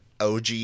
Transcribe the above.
OG